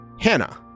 Hannah